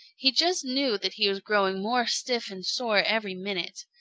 he just knew that he was growing more stiff and sore every minute.